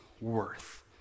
worth